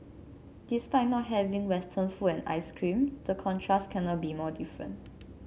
despite not having Western food and ice cream the contrast cannot be more different